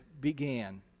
began